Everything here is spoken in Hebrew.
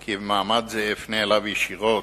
כי במעמד זה אפנה אליו ישירות,